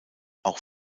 auch